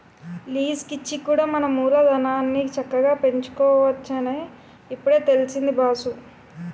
లీజికిచ్చి కూడా మన మూలధనాన్ని చక్కగా పెంచుకోవచ్చునని ఇప్పుడే తెలిసింది బాసూ